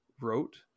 wrote